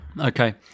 Okay